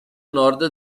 nord